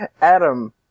Adam